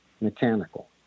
mechanical